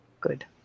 Good